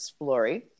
Explory